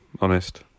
honest